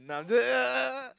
nah I'm just uh uh